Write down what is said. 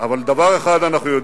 אבל דבר אחד אנחנו יודעים: